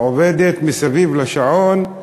עובדת מסביב לשעון,